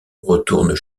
retournent